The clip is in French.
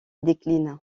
décline